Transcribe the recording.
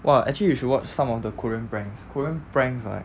!wah! actually you should watch some of the korean pranks korean pranks like